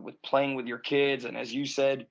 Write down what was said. with playing with your kids and as you said,